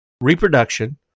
reproduction